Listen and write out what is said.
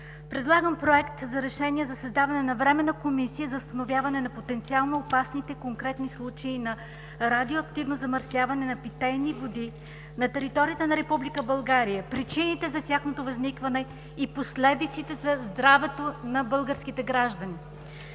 Предлагам Проект за решение за създаване на Временна комисия за установяване на потенциално опасните конкретни случаи на радиоактивно замърсяване на питейни води на територията на Република България, причините за тяхното възникване и последиците за здравето на българските граждани.